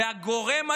והגורם היחיד,